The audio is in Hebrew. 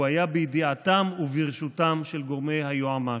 הוא היה בידיעתם וברשותם של גורמי היועמ"ש.